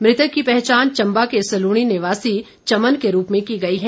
मृतक की पहचान चंबा के सल्णी निवासी चमन के रूप में की गई है